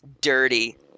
Dirty